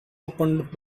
opened